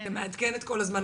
---- ומעדכנת כל הזמן,